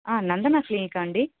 నందన క్లినిక్కా అండి